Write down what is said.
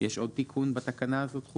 יש עוד תיקון בתקנה הזאת?